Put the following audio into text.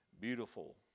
Beautiful